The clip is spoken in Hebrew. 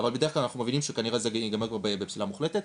אבל בדרך כלל אנחנו מבינים כבר שזה ייגמר בפסילה מוחלטת.